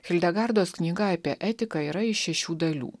hildegardos knyga apie etiką yra iš šešių dalių